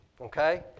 okay